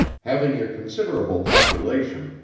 having a considerable population,